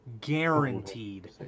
Guaranteed